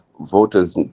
voters